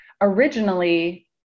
Originally